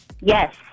Yes